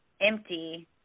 empty